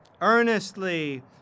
earnestly